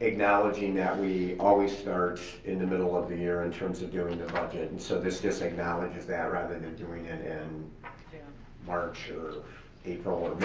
acknowledging that we always start in the middle of the year in terms of doing the budget, and so this just acknowledges that rather than doing it in yeah march or april,